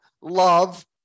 love